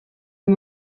uyu